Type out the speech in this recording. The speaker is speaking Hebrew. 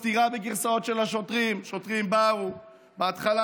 סתירה בגרסאות של השוטרים: שוטרים באו ובהתחלה